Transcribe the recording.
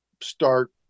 start